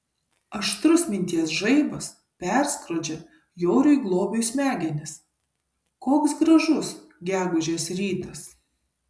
aštrus minties žaibas perskrodžia joriui globiui smegenis koks gražus gegužės rytas